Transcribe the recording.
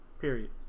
Period